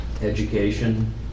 education